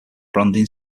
branding